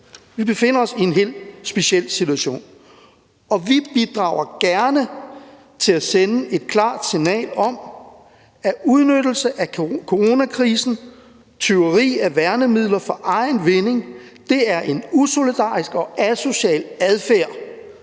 Vi befinder os i en helt speciel situation, og vi bidrager gerne til at sende et klart signal om, at udnyttelse af coronakrisen, tyveri af værnemidler for egen vinding, er en usolidarisk og asocial adfærd,